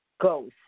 goes